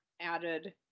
added